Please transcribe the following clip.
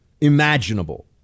imaginable